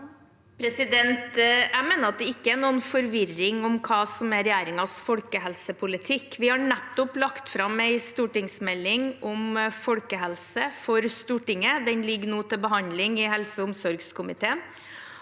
Jeg mener at det ikke er noen forvirring om hva som er regjeringens folkehelsepolitikk. Vi har nettopp lagt fram en stortingsmelding for Stortinget om folkehelse. Den ligger nå til behandling i helse- og omsorgskomiteen.